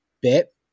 bit